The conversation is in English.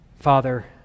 Father